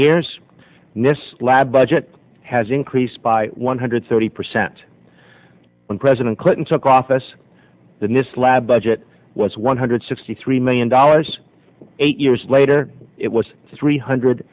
years nests lab budget has increased by one hundred thirty percent when president clinton took office than this lab budget was one hundred sixty three million dollars eight years later it was three hundred